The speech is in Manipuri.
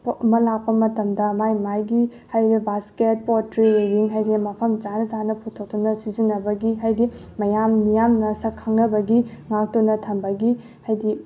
ꯄꯣꯠ ꯑꯃ ꯂꯥꯛꯄ ꯃꯇꯝꯗ ꯃꯥꯒꯤ ꯃꯥꯒꯤ ꯍꯥꯏꯔꯤꯕ ꯕꯥꯁꯀꯦꯠ ꯄꯣꯠꯇ꯭ꯔꯤꯒꯤ ꯍꯥꯏꯔꯤꯁꯦ ꯃꯐꯝ ꯆꯥꯅ ꯆꯥꯅ ꯄꯨꯊꯣꯛꯇꯨꯅ ꯁꯤꯖꯤꯟꯅꯕꯒꯤ ꯍꯥꯏꯗꯤ ꯃꯌꯥꯝ ꯃꯤꯌꯥꯝꯅ ꯁꯛꯈꯪꯅꯕꯒꯤ ꯉꯥꯛꯇꯨꯅ ꯊꯝꯕꯒꯤ ꯍꯥꯏꯗꯤ